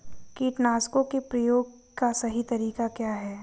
कीटनाशकों के प्रयोग का सही तरीका क्या है?